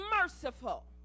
merciful